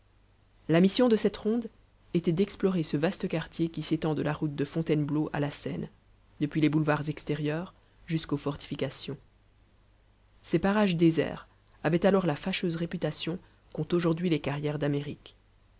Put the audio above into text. la mission de cette ronde était d'explorer ce vaste quartier qui s'étend de la route de fontainebleau à la seine depuis les boulevards extérieurs jusqu'aux fortifications ces parages déserts avaient alors la fâcheuse réputation qu'ont aujourd'hui les carrières d'amérique